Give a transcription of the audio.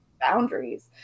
boundaries